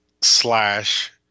slash